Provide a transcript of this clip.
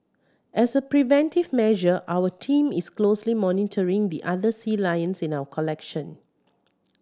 as a preventive measure our team is closely monitoring the other sea lions in our collection